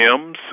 hymns